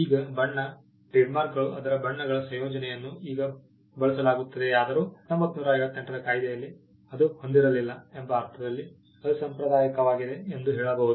ಈಗ ಬಣ್ಣ ಟ್ರೇಡ್ಮಾರ್ಕ್ಗಳು ಅದರ ಬಣ್ಣಗಳ ಸಂಯೋಜನೆಯನ್ನು ಈಗ ಬಳಸಲಾಗುತ್ತದೆಯಾದರೂ 1958 ರ ಕಾಯಿದೆಯಲ್ಲಿ ಅದು ಹೊಂದಿರಲಿಲ್ಲ ಎಂಬ ಅರ್ಥದಲ್ಲಿ ಅಸಾಂಪ್ರದಾಯಿಕವಾಗಿದೆ ಎಂದು ಹೇಳಬಹುದು